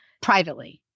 privately